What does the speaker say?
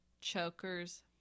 chokers